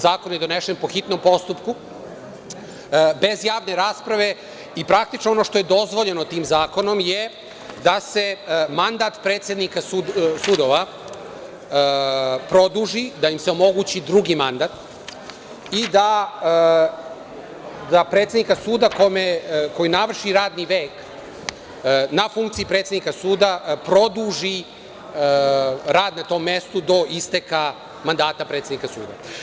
Zakon je donesen po hitnom postupku bez javne rasprave i praktično ono što je dozvoljeno tim zakonom je da se mandat predsednika sudova produži, da im se omogući drugi mandat i da se predsedniku suda koji navrši radni vek na funkciji predsednika suda se produži rad na tom mestu do isteka mandata predsednika suda.